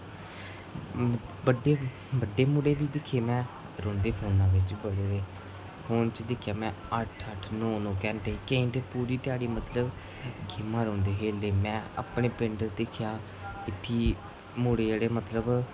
बड्डे मुडे़ बी दिक्खे में रौंह्दे फोने बिच बडे़ दे फोने च दिक्खेआ में अट्ठ अट्ठ नौ नौ घैंटे कोई ते पूरी घ्याड़ी मतलब गेमां रौंह्दे खेढदे में अपने पिंड दिक्खेआ फ्ही मुड़े जेह्डे़ मतलब